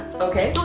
okay.